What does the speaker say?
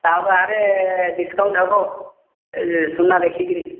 ତା ବାଦେ ଡିସକାଉଣ୍ଟ ହେବ ଏ ସୁନା ଦେଖିକି